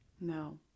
No